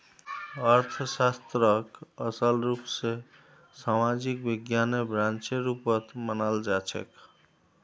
अर्थशास्त्रक असल रूप स सामाजिक विज्ञानेर ब्रांचेर रुपत मनाल जाछेक